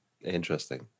Interesting